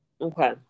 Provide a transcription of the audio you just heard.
Okay